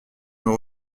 nos